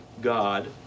God